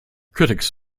critics